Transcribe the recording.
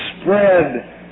spread